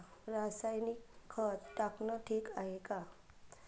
रासायनिक खत टाकनं ठीक हाये का?